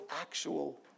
actual